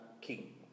king